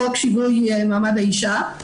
חוק שווי מעמד האישה,